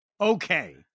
Okay